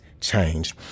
change